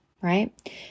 Right